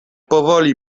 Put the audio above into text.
powoli